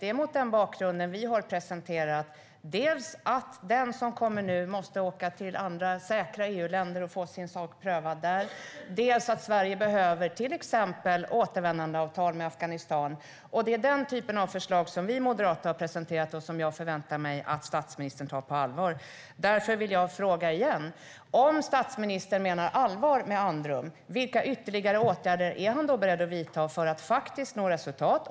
Det är mot den bakgrunden vi har presenterat dels att de som kommer nu måste åka till andra säkra EU-länder och få sin sak prövad där, dels att Sverige behöver till exempel återvändandeavtal med Afghanistan. Det är den typen av förslag som vi moderater har presenterat och som jag förväntar mig att statsministern tar på allvar. Därför vill jag fråga igen: Om statsministern menar allvar med andrum, vilka ytterligare åtgärder är han beredd att vidta för att faktiskt nå resultat?